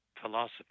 philosophy